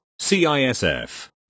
CISF